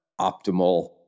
optimal